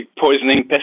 poisoning